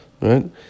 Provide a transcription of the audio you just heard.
Right